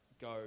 go